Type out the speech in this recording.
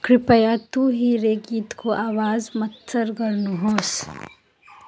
कृपया तु ही रे गीतको आवाज मत्थर गर्नुहोस्